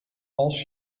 als